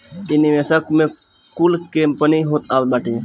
इ निवेशक कुल में कंपनी कुल होत बाटी